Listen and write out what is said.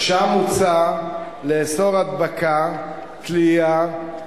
שם מוצע לאסור הדבקה, תלייה,